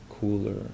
cooler